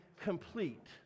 complete